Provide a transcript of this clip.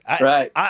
Right